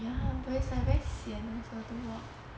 ya bit it's like very sian also to walk